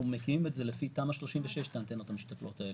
מקימים את זה לפי תמ"א 36 את האנטנות המשתפלות האלה.